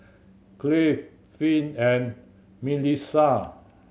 Cleave Finn and Milissa